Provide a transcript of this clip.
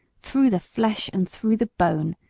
through the flesh and through the bone,